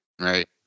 Right